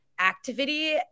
activity